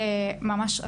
ממש,